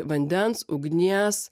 vandens ugnies